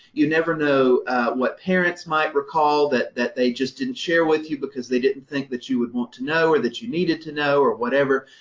you never know what parents might recall that that they just didn't share with you, because they didn't think that you would want to know or that you needed to know or whatever.